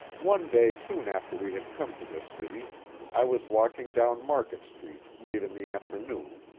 one day soon after we had come to this city i was walking down market street late in the afternoon,